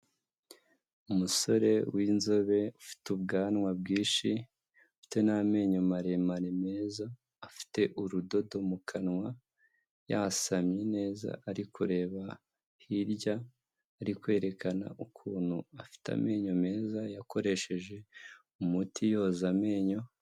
Umusore w'inzobe ufite ubwanwa bwinshi, afite n'amenyo maremare meza, afite urudodo mu kanwa, yasamye neza ari kureba hirya, ari kwerekana ukuntu afite amenyo meza yakoresheje umuti yoza amenyo.